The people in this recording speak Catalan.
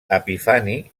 epifani